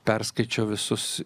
perskaičiau visus